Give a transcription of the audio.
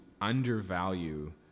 undervalue